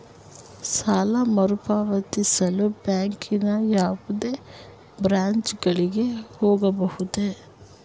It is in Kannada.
ಸಾಲ ಮರುಪಾವತಿಸಲು ಬ್ಯಾಂಕಿನ ಯಾವುದೇ ಬ್ರಾಂಚ್ ಗಳಿಗೆ ಹೋಗಬಹುದೇ?